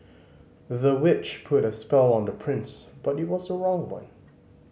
the witch put a spell on the prince but it was the wrong one